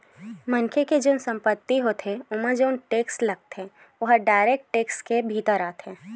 मनखे के जउन संपत्ति होथे होथे ओमा जउन टेक्स लगथे ओहा डायरेक्ट टेक्स के भीतर आथे